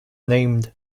named